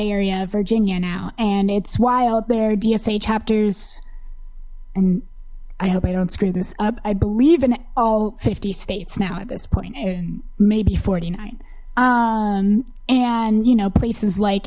area of virginia now and it's wild there dsa chapters and i hope i don't screw this up i believe in all fifty states now at this point and maybe forty nine and you know places like